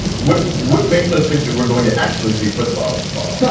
would what makes us think that we're going to actually see football this fall? yeah